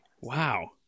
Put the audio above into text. Wow